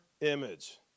image